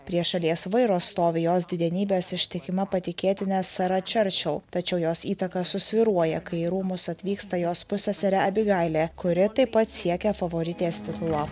prie šalies vairo stovi jos didenybės ištikima patikėtinė sara čarčil tačiau jos įtaka susvyruoja kai į rūmus atvyksta jos pusseserė abigailė kuri taip pat siekia favoritės titulo